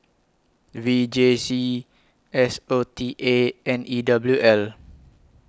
V J C S O T A and E W L